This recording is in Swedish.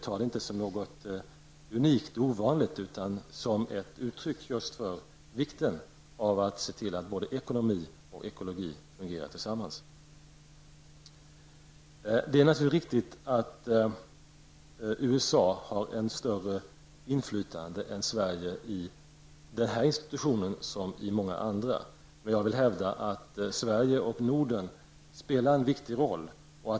Ta det inte som något unikt och ovanligt, utan som ett uttryck för vikten av att se till att både ekonomi och ekologi fungerar tillsammans. Det är naturligtvis riktigt att USA har ett större inflytande än Sverige i den här institutionen, som i många andra. Jag vill ändå hävda att Sverige och Norden spelar en viktig roll.